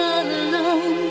alone